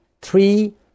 Three